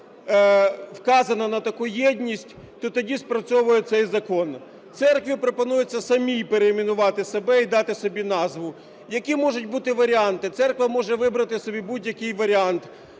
вказано на таку єдність, то тоді спрацьовує цей закон. Церкві пропонується самій перейменувати себе і дати собі назву. Які можуть бути варіанти? Церква може вибрати собі будь-який варіант.